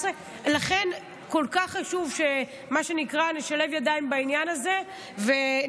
11. לכן כל כך חשוב שנשלב ידיים בעניין הזה ונילחם,